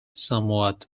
somewhat